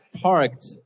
parked